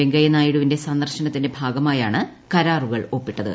വെങ്കയ്യനായിഡുവിന്റെ ഏപ്പർ ്നത്തിന്റെ ഭാഗമായാണ് കരാറുകൾ ഒപ്പിട്ടത്